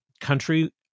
country